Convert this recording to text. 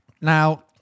Now